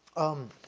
um,